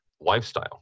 lifestyle